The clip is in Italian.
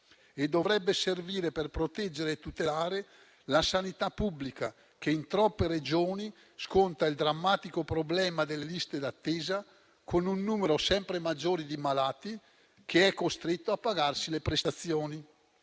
E dovrebbe servire per proteggere e tutelare la sanità pubblica, che in troppe Regioni sconta il drammatico problema delle liste d'attesa, con un numero sempre maggiore di malati che è costretto a pagarsi le prestazioni.